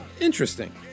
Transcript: interesting